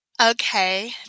Okay